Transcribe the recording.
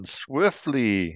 swiftly